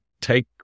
take